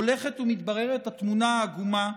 הולכת ומתבררת התמונה העגומה,